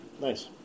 Nice